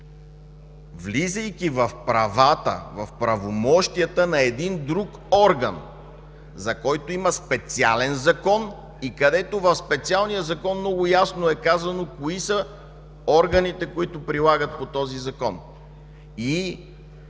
влизайки в правомощията на друг орган, за който има специален закон и където в специалния закон много ясно е казано кои са органите, които прилагат по този закон.